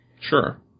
Sure